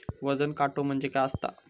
वजन काटो म्हणजे काय असता?